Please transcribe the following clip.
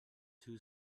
two